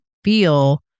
feel